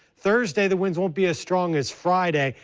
thursday the winds won't be as strong as friday.